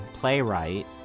playwright